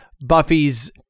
Buffy's